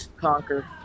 conquer